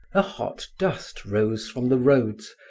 a hot dust rose from the roads,